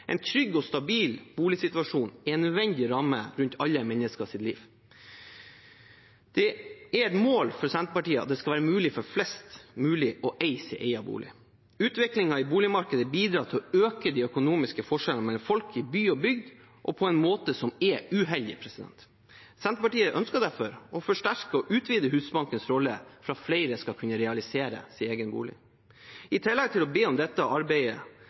En trygg og stabil boligsituasjon er en nødvendig ramme rundt alle menneskers liv. Det er et mål for Senterpartiet at det skal være mulig for flest mulig å eie sin egen bolig. Utviklingen i boligmarkedet bidrar til å øke de økonomiske forskjellene mellom folk i by og bygd på en måte som er uheldig. Senterpartiet ønsker derfor å forsterke og utvide Husbankens rolle for at flere skal kunne realisere sin egen bolig. I tillegg til å be om at dette